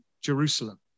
Jerusalem